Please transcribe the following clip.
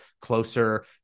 closer